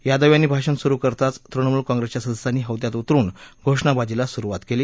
यादव यांनी भाषण सुरु करताच तृणमूल काँग्रेसच्या सदस्यांनी हौद्यात उतरून घोषणबाजीला सुरुवात केली